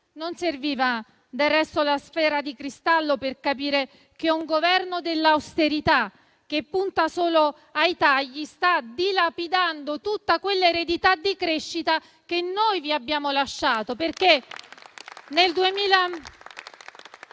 Non serviva del resto la sfera di cristallo per capire che un Governo dell'austerità, che punta solo ai tagli, sta dilapidando tutta l'eredità di crescita che noi vi abbiamo lasciato